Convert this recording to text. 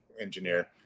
engineer